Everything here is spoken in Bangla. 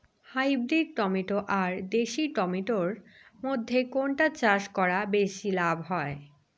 হাইব্রিড টমেটো আর দেশি টমেটো এর মইধ্যে কোনটা চাষ করা বেশি লাভ হয়?